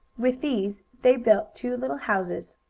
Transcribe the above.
with these they built two little houses,